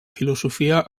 filosofia